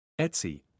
Etsy